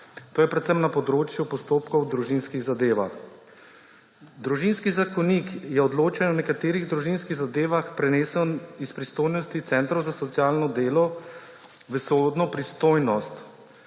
to je predvsem na področju postopkov v družinskih zadevah. Družinski zakonik je odločanje o nekaterih družinskih zadevah prenesel iz pristojnosti centrov za socialno delo v sodno pristojnost.